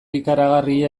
ikaragarria